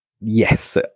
Yes